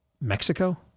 Mexico